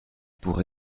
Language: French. pour